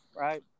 Right